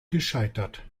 gescheitert